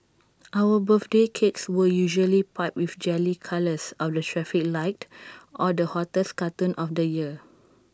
our birthday cakes were usually piped with jelly colours of the traffic light or the hottest cartoon of the year